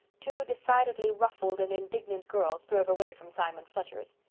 two decidedly ruffled and indignant girls drove away from simon fletcher's.